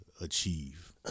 achieve